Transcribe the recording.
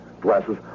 glasses